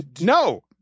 No